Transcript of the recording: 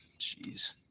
jeez